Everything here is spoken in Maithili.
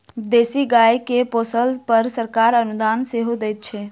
देशी गाय के पोसअ पर सरकार अनुदान सेहो दैत छै